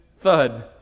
thud